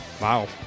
Wow